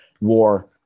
war